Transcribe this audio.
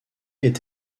est